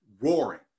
roaring